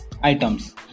items